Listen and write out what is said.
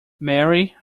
mary